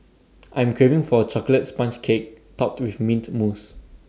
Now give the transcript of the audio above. I'm craving for A Chocolate Sponge Cake Topped with Mint Mousse